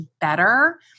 better